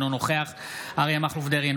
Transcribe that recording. אינו נוכח אריה מכלוף דרעי,